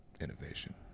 innovation